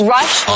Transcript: Rush